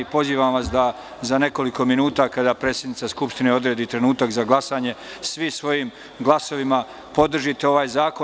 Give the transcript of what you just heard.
Pozivam vas da za nekoliko minuta, kada predsednica Skupštine odredi trenutak za glasanje, svi svojim glasovima podržite ovaj zakon.